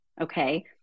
Okay